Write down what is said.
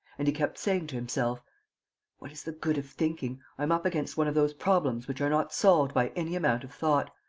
and he kept saying to himself what is the good of thinking? i am up against one of those problems which are not solved by any amount of thought.